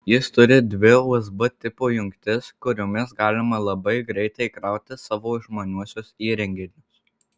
jis turi dvi usb tipo jungtis kuriomis galima labai greitai įkrauti savo išmaniuosius įrenginius